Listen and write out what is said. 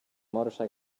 motorcycle